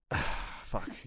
Fuck